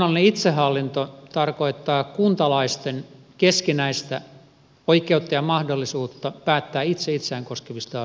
kunnallinen itsehallinto tarkoittaa kuntalaisten keskinäistä oikeutta ja mahdollisuutta päättää itse itseään koskevista asioista